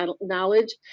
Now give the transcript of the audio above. knowledge